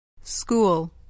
School